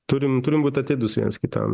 turim turim būt atidūs vienas kitam